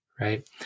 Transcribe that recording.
right